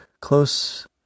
close